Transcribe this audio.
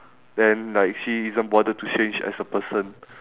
then like she isn't bothered to change as a person